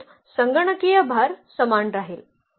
तसेच संगणकीय भार समान राहील